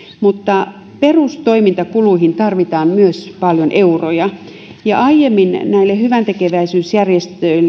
mutta myös perustoimintakuluihin tarvitaan paljon euroja aiemmin näiden hyväntekeväisyysjärjestöjen